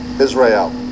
Israel